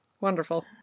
Wonderful